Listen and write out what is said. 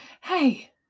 hey